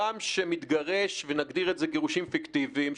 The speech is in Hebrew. האם אדם גרוש ונגדיר את זה גירושים פיקטיביים,